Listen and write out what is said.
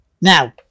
Now